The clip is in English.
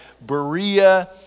Berea